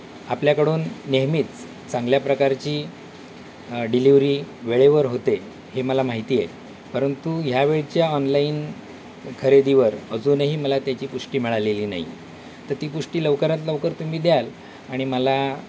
आपल्याकडून नेहमीच चांगल्या प्रकारची डिलिवरी वेळेवर होते हे मला माहिती आहे परंतु ह्या वेळच्या ऑनलाईन खरेदीवर अजूनही मला त्याची पुष्टी मिळालेली नाही तर ती पुष्टी लवकरात लवकर तुम्ही द्याल आणि मला